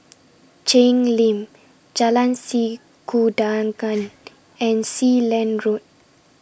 Cheng Lim Jalan Sikudangan and Sealand Road